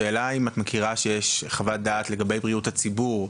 השאלה האם את מכירה שיש חוות דעת לגבי בריאות הציבור,